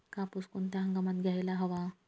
कापूस कोणत्या हंगामात घ्यायला हवा?